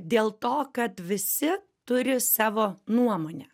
dėl to kad visi turi savo nuomonę